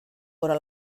vora